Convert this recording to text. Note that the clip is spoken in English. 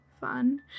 fun